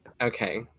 Okay